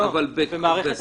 במערכת הבריאות.